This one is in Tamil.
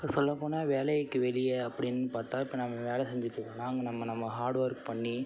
இப்போ சொல்லப்போனால் வேலைக்கு வெளியே அப்படீன்னு பார்த்தா இப்போ நம்ம வேலை செஞ்சிட்டிருக்கோன்னா அங்கே நம்ம நம்ம ஹார்ட் வொர்க் பண்ணி